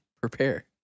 prepare